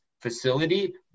facility